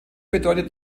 bedeutet